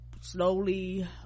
slowly